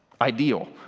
ideal